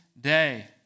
day